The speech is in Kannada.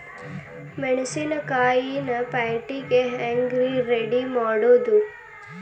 ಮೆಣಸಿನಕಾಯಿನ ಪ್ಯಾಟಿಗೆ ಹ್ಯಾಂಗ್ ರೇ ರೆಡಿಮಾಡೋದು?